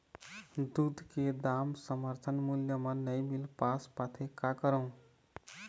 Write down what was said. दूध के दाम समर्थन मूल्य म नई मील पास पाथे, का करों?